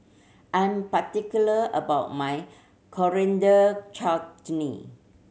I'm particular about my Coriander Chutney